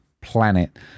planet